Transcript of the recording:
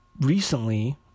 recently